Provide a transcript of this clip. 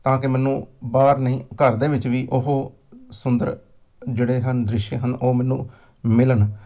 ਤਾਂ ਕਿ ਮੈਨੂੰ ਬਾਹਰ ਨਹੀਂ ਘਰ ਦੇ ਵਿੱਚ ਵੀ ਉਹ ਸੁੰਦਰ ਜਿਹੜੇ ਹਨ ਦ੍ਰਿਸ਼ ਹਨ ਉਹ ਮੈਨੂੰ ਮਿਲਣ